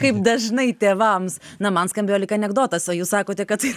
kaip dažnai tėvams na man skambėjo lyg anekdotas o jūs sakote kad tai